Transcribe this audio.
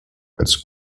als